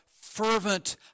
fervent